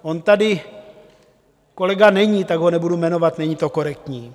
On tady kolega není, tak ho nebudu jmenovat, není to korektní.